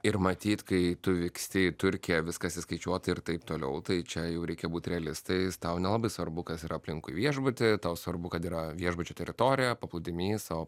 ir matyt kai tu vyksti į turkiją viskas įskaičiuota ir taip toliau tai čia jau reikia būti realistais tau nelabai svarbu kas yra aplinkui viešbutį tau svarbu kad yra viešbučio teritorija paplūdimys o